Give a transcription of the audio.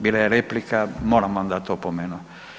Bila je replika, moram vam dat opomenu.